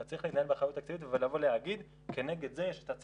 אתה צריך להתנהל באחריות תקציבית ולבוא ולהגיד,